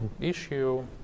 issue